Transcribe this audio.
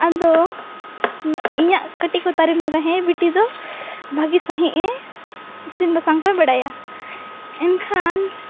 ᱟᱫᱚ ᱤᱧᱟᱹᱜ ᱠᱟᱹᱴᱤᱡᱠᱚ ᱛᱟᱨᱤᱯᱷᱧᱚᱜᱼᱟ ᱦᱮᱸ ᱵᱤᱴᱤᱫᱚ ᱵᱷᱟᱜᱮ ᱥᱟᱸᱦᱤᱪᱮ ᱤᱥᱤᱱᱼᱵᱟᱥᱟᱝᱠᱚᱭ ᱵᱟᱲᱟᱭᱟ ᱮᱱᱠᱷᱟᱱ